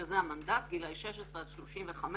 שזה המנדט, גילאי 16 עד 35,